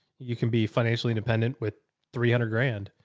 you can be financially independent with three hundred grand,